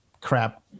Crap